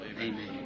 Amen